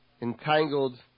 entangled